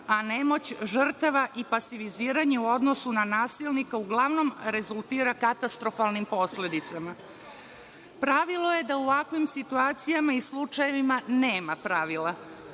a nemoć žrtava i pasiviziranje u odnosu na nasilnika uglavnom rezultira katastrofalnim posledicama. Pravilo je da u ovakvim situacijama i slučajevima nema pravila.